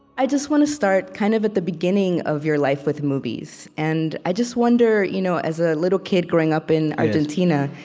i just want to start kind of at the beginning of your life with movies. and i just wonder you know as a little kid growing up in argentina,